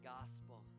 gospel